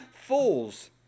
fools